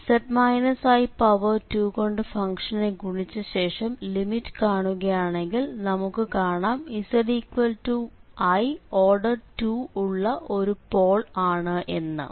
2 കൊണ്ട് ഫംഗ്ഷനെ ഗുണിച്ച ശേഷം ലിമിറ്റ് കാണുകയാണെങ്കിൽ നമുക്ക് കാണാം zi ഓർഡർ 2 ഉള്ള ഒരു പോൾ ആണ് എന്ന്